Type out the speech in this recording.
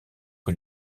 que